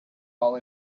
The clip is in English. all